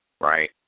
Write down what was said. right